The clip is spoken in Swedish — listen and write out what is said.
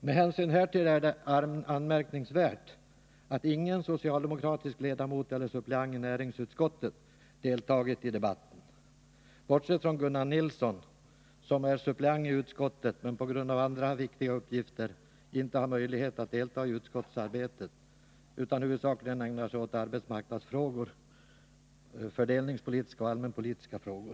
Med hänsyn härtill är det anmärkningsvärt att ingen socialdemokratisk ledamot eller suppleant i näringsutskottet deltagit i debatten — bortsett från Gunnar Nilsson, som är suppleant i näringsutskottet, men på grund av andra viktiga uppgifter inte har möjlighet att delta i utskottsarbetet, utan huvudsakligen ägnar sig åt arbetsmarknadsfrågor, samt fördelningspolitiska och allmänpolitiska frågor.